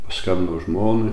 paskambinau žmonai